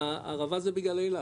הערבה זה בגלל אילת.